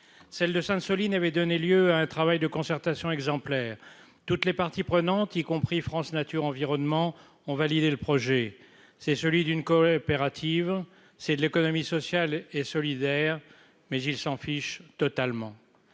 celle de Sainte-, Soline avait donné lieu à un travail de concertation exemplaire, toutes les parties prenantes, y compris France Nature Environnement ont validé le projet, c'est celui d'une Corée impérative, c'est de l'économie sociale et solidaire, mais ils s'en fichent totalement